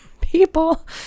people